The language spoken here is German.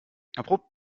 abrupt